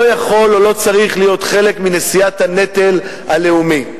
יכול או לא צריך להיות חלק מנשיאת הנטל הלאומי,